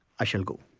i shall go.